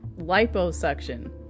Liposuction